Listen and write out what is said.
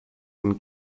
and